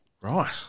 Right